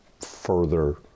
further